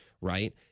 right